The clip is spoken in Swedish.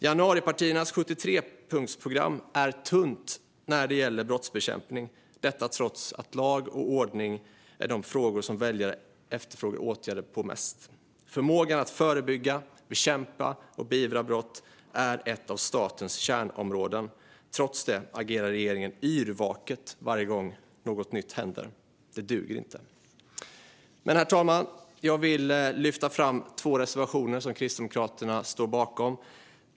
Januaripartiernas 73-punktsprogram är tunt när det gäller brottsbekämpning, trots att åtgärder för lag och ordning är det som väljarna efterfrågar mest. Förmågan att förebygga, bekämpa och beivra brott är ett av statens kärnområden. Trots det agerar regeringen yrvaket varje gång något nytt händer. Det duger inte. Herr talman! Jag vill lyfta fram två reservationer som Kristdemokraterna står bakom.